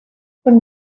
when